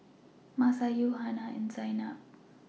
Masayu Hana and Zaynab